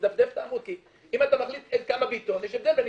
אם אתה מחליט כמה בעיתון יש הבדל בין